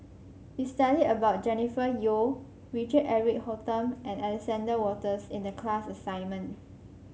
we studied about Jennifer Yeo Richard Eric Holttum and Alexander Wolters in the class assignment